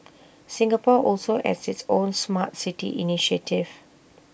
Singapore also has its own Smart City initiative